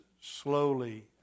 slowly